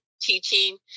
teaching